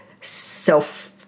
self